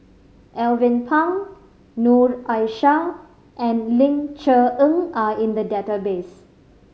Alvin Pang Noor Aishah and Ling Cher Eng are in the database